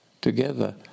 together